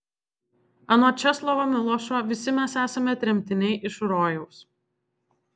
anot česlovo milošo visi mes esame tremtiniai iš rojaus